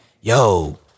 yo